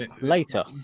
later